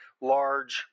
large